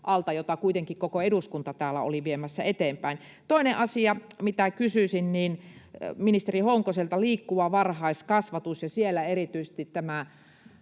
jota kuitenkin koko eduskunta täällä oli viemässä eteenpäin? Toinen asia, mitä kysyisin ministeri Honkoselta: Liikkuva varhaiskasvatus, ja siellä erityisesti